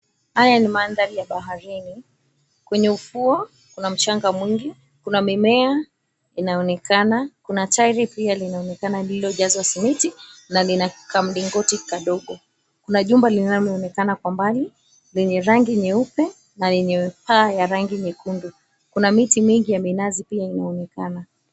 Haya ni mandhari ya baharini. Kwenye ufuo kuna mchanga mwingi, kuna mimea inayoonekana, kuna tairi pia linaonekana lililojazwa simiti na lina kamlingoti kadogo. Kuna jumba linaloonekana kwa mbali lenye rangi nyeupe na yenye paa ya rangi nyekundu. Kuna miti mingi ya minazi pia inaonekana.